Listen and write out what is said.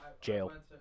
Jail